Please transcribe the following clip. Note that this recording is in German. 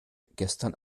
gestern